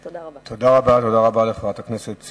תודה רבה לחברת הכנסת ציפי חוטובלי.